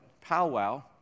powwow